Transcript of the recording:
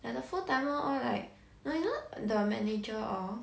ya the full timer all like you know the manager all